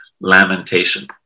lamentation